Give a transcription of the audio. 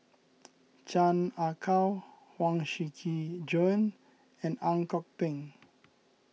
Chan Ah Kow Huang Shiqi Joan and Ang Kok Peng